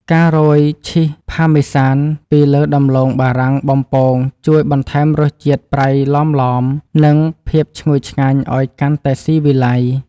ការរោយឈីសផាមេសានពីលើដំឡូងបារាំងបំពងជួយបន្ថែមរសជាតិប្រៃឡមៗនិងភាពឈ្ងុយឆ្ងាញ់ឱ្យកាន់តែស៊ីវិល័យ។